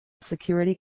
security